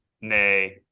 Nay